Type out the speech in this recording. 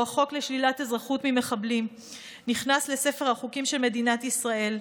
שבו החוק לשלילת אזרחות ממחבלים נכנס לספר החוקים של מדינת ישראל,